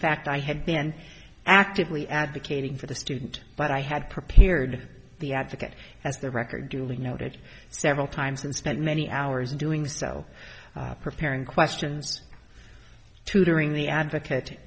fact i had been actively advocating for the student but i had prepared the advocate as the record duly noted several times and spent many hours doing so preparing questions tutoring the advocate